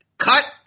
cut